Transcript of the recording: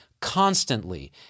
constantly